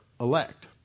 elect